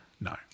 No